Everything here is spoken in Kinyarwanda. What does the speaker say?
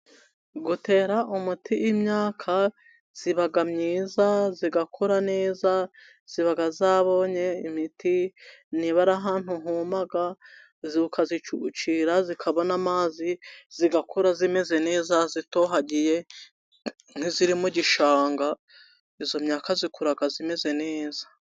Gutera umuti imyaka iba myiza igakura neza, iba yabonye imiti, niba ari ahantu huma ukayicucira ikabona amazi , igakura imeze neza itohagiye nk'iri mu gishanga. Iyo myaka ikura imeze neza.